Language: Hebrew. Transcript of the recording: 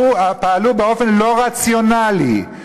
פעלו באופן לא רציונלי.